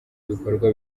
ibikorwa